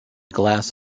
glass